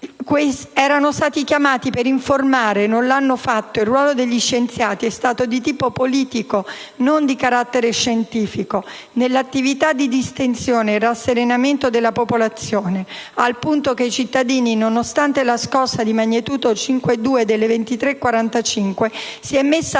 Erano stati chiamati per informare; non l'hanno fatto: il ruolo degli scienziati è stato di tipo politico, e non di carattere scientifico, nell'attività di distensione e rasserenamento della popolazione, al punto che i cittadini, nonostante la scossa di magnitudo 5.2, delle ore 23,45, si sono messi